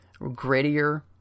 grittier